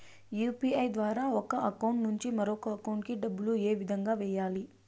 UPI ద్వారా ఒక account నుంచి మరొక అకౌంట్ కి డబ్బులు ఏ విధంగా వెయ్యాలి